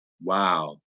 Wow